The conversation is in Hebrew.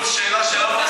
כל שאלה שלו,